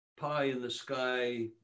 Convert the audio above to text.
pie-in-the-sky